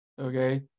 okay